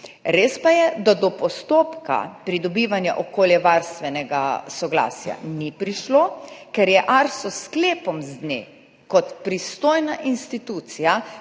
Res pa je, da do postopka pridobivanja okoljevarstvenega soglasja ni prišlo, ker je ARSO kot pristojna institucija